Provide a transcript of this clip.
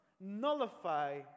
nullify